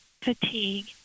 fatigue